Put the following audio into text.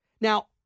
Now